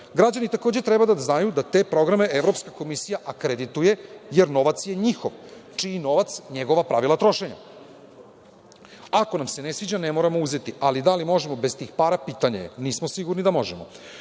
Građani takođe treba da znaju da te programe Evropska komisija akredituje, jer to je njihov novac. Čiji novac, njegova pravila trošenja. Ako nam se ne sviđa, ne moramo uzeti, ali da li možemo bez tih para, pitanje je. Nismo sigurni da možemo. Program